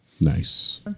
Nice